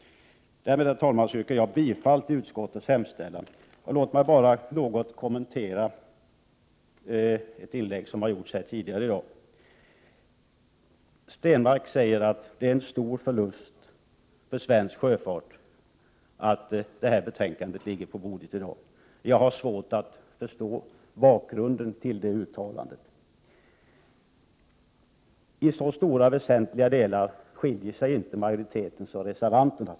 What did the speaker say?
Därmed, herr talman, yrkar jag bifall till utskottets hemställan. Låt mig sedan kort kommentera ett tidigare inlägg här i dag. Per Stenmarck säger att det är en stor förlust för svensk sjöfart att det här betänkandet ligger på bordet i dag. Jag har svårt att förstå bakgrunden till det uttalandet. I så väsentliga delar skiljer sig inte majoriteten och reservanterna.